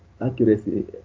accuracy